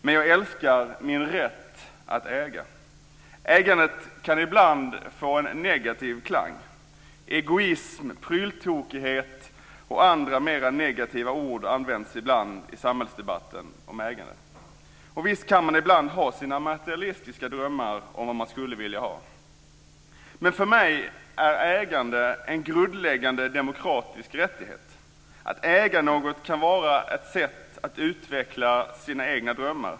Men jag älskar min rätt att äga. Ägandet kan ibland få en negativ klang. Egoism, pryltokighet och andra mera negativa ord används ibland i samhällsdebatten om ägande. Och visst kan man ibland ha sina materialistiska drömmar om vad man skulle vilja ha. Men för mig är ägande en grundläggande demokratisk rättighet. Att äga något kan vara ett sätt att utveckla sina egna drömmar.